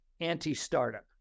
anti-startup